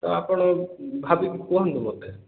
ତ ଆପଣ ଭାବିକି କୁହନ୍ତୁ ମୋତେ